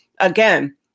Again